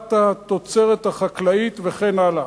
העברת התוצרת החקלאית, וכן הלאה.